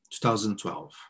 2012